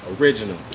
Original